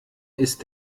ist